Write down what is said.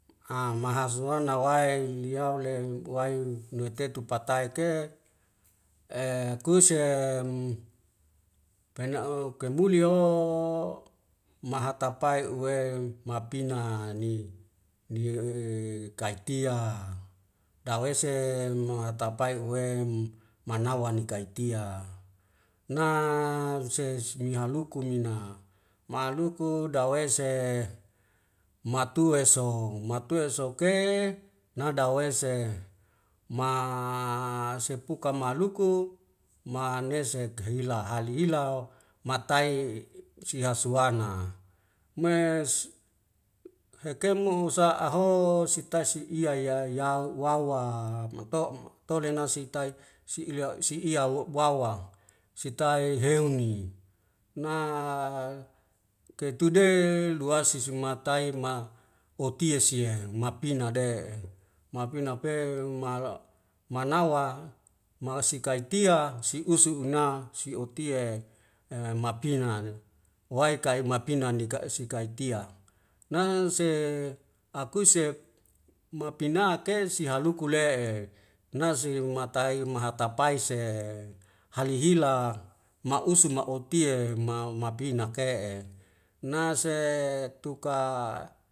A mahasuana wae liao le mwain nwi tetu patae ke e kuse em pena'o kaimuli o mahatapae uwem mapina ni ni kaitia dawese mo hatapae uwem manawa ni kaitia. na huses mi haluku mina maluku dawese matue song matue sok ke nadaweise ma sepuka ka maluku manesek hei la hali ila o matae sihasuana mes heke mu usa'aho sitai si iya ya yau wawa mato' matolenasi tai si ilya si iya wawa sitai heuni na ketude lua si sumatai ma oti'e sie mapina de'e mapina peu malo' manawa masikai tia si usu una sioti'e e mapinane wai kai mapina ne ka'sikai tia naen se akuese mapina ke sihaluku le'e nasi matai mahatapai se hale hila ma'usu maoti'e ma mapina ke'e nase tuka